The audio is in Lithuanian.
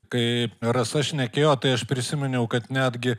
kaip rasa šnekėjo tai aš prisiminiau kad netgi